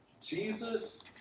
Jesus